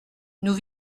nous